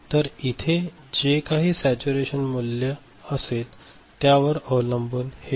तर इथे जे काही सॅच्यूरेशन मूल्य असेल त्यावर अवलंबून हे 0